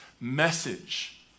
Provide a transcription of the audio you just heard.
message